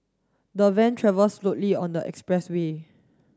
the van travel slowly on the expressway